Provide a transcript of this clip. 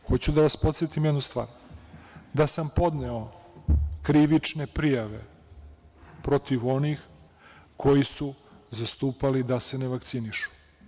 Hoću da vas podsetim jednu stvar, da sam podneo krivične prijave protiv onih koji su zastupali da se ne vakcinišu.